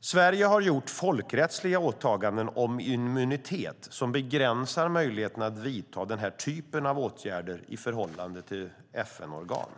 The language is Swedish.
Sverige har gjort folkrättsliga åtaganden om immunitet som begränsar möjligheten att vidta den typen av åtgärder i förhållande till FN-organ.